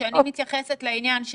אני מתייחסת לאמירה: